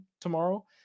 tomorrow